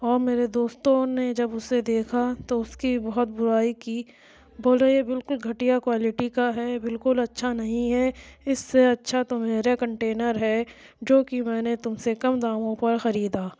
اور میرے دوستوں نے جب اسے دیکھا تو اس کی بہت برائی کی بولے یہ بالکل گھٹیا کوالٹی کا ہے بالکل اچھا نہیں ہے اس سے اچھا تو میرا کنٹینر ہے جو کہ میں نے تم سے کم داموں پر خریدا